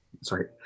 Sorry